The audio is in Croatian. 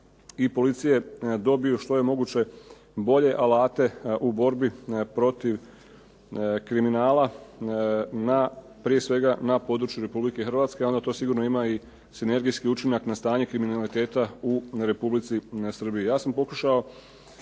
i policije dobiju što je moguće bolje alate u borbi protiv kriminala na, prije svega na području Republike Hrvatske, a onda to sigurno ima i sinergijski učinak na stanje kriminaliteta u Republici Srbiji.